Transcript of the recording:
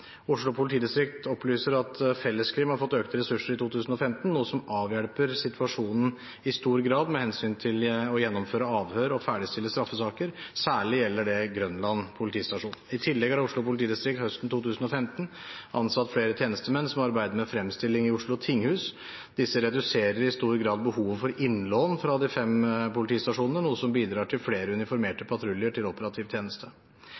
Oslo politidistrikt opplyser at Felleskrim har fått økte ressurser i 2015, noe som avhjelper situasjonen i stor grad med hensyn til å gjennomføre avhør og ferdigstille straffesaker. Særlig gjelder det Grønland politistasjon. I tillegg har Oslo politidistrikt høsten 2015 ansatt flere tjenestemenn som arbeider med fremstilling i Oslo tinghus. Disse reduserer i stor grad behovet for innlån fra de fem politistasjonene, noe som bidrar til flere uniformerte patruljer til operativ tjeneste.